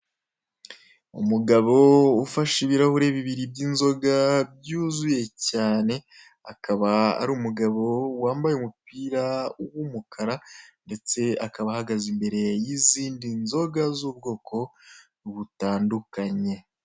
Umugabo ufashe ibirahure bibiri by'inzoga byuzuye cyane akaba ari umugabo wambaye umupira w'umukara ndetse akaba ahagaze imbere y'izindi nzoga z'ubwoko butandukanye.